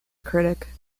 critic